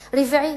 רביעי.